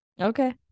Okay